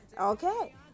okay